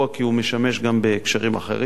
כי הוא משמש גם בהקשרים אחרים,